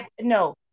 no